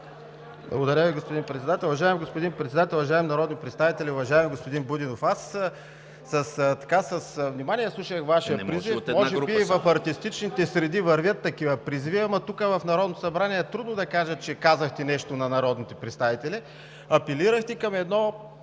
Уважаеми господин Председател, уважаеми народни представители! Уважаеми господин Будинов, аз с внимание слушах Вашия призив. Може би в артистичните среди вървят такива призиви, но тук, в Народното събрание, е трудно да кажа, че казахте нещо на народните представители. Апелирахте към едно